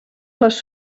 les